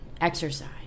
exercise